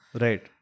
right